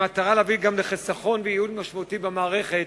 במטרה להביא גם לחיסכון ולייעול משמעותי במערכת